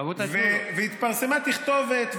התפרסמה תכתובת,